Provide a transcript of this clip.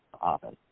office